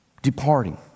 Departing